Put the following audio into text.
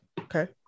Okay